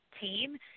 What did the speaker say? team